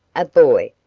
a boy,